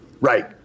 Right